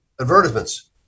advertisements